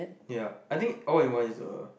yeah I think all in one is a